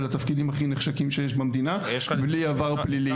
ולתפקידים הכי נחשקים שיש במדינה בלי עבר פלילי.